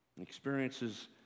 Experiences